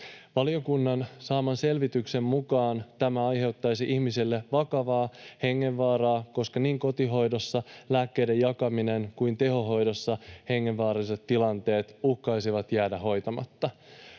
Valiokunnan saaman selvityksen mukaan tämä aiheuttaisi ihmisille vakavaa hengenvaaraa, koska niin lääkkeiden jakaminen kotihoidossa kuin hengenvaaralliset tilanteet tehohoidossa uhkaisivat jäädä hoitamatta.